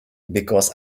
because